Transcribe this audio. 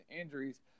injuries